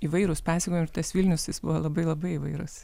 įvairūs pasakojimai ir tas vilnius jis buvo labai labai įvairus